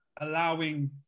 allowing